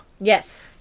Yes